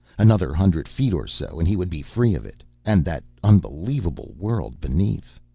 another hundred feet or so and he would be free of it and that unbelievable world beneath.